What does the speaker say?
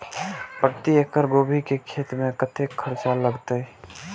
प्रति एकड़ गोभी के खेत में कतेक खर्चा लगते?